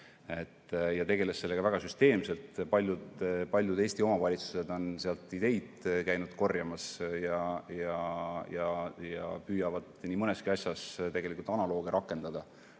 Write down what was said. kes tegeles sellega väga süsteemselt. Paljud Eesti omavalitsused on sealt ideid käinud korjamas ja püüavad nii mõneski asjas tegelikult analooge rakendada.